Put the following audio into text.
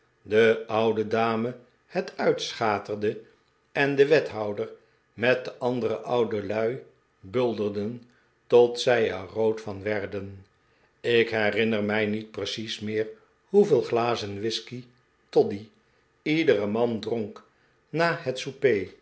de oude dame het uitschaterde en de wethouder met de andere oude lui bulderden tot zij er rood van werden ik herinner mij niet precies meer hoeveel glazen whiskey toddy iedere man dronk na het